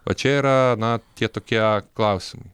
o čia yra na tie tokie klausimai